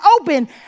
open